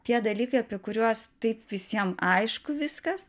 tie dalykai apie kuriuos taip visiem aišku viskas